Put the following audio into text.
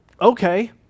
okay